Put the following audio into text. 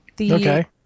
Okay